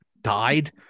died